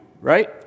right